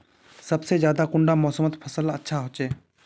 सबसे ज्यादा कुंडा मोसमोत फसल अच्छा होचे?